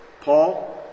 Paul